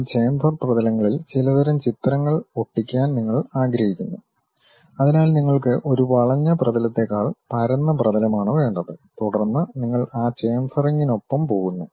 ആ ചാംഫർ പ്രതലങ്ങളിൽ ചിലതരം ചിത്രങ്ങൾ ഒട്ടിക്കാൻ നിങ്ങൾ ആഗ്രഹിക്കുന്നു അതിനാൽ നിങ്ങൾക്ക് ഒരു വളഞ്ഞ പ്രതലത്തേക്കാൾ പരന്ന പ്രതലമാണ് വേണ്ടത് തുടർന്ന് നിങ്ങൾ ആ ചാംഫെറിംഗിനൊപ്പം പോകുന്നു